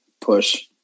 push